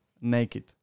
naked